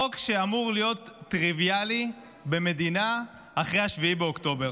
חוק שאמור להיות טריוויאלי במדינה אחרי 7 באוקטובר.